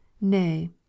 Nay